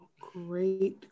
Great